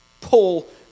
pull